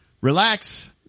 Relax